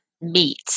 meat